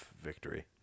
victory